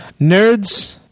nerds